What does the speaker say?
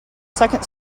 second